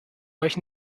euch